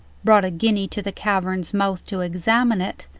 brought a guinea to the cavern's mouth to examine it,